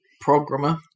programmer